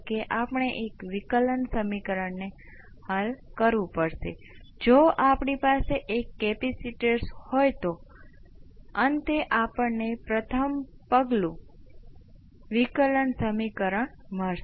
તેથી ચાલો આપણે ફરીથી કહીએ કે હું પહેલા આ સર્કિટ લઈશ જેમાં એજ વસ્તુ જેનો આપણે ઉપયોગ કરી રહ્યા છીએ પછી આ કિસ્સામાં હું ઇનપુટ તરીકે એક્સપોનેનશીયલનો ઉપયોગ કરીશ